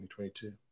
2022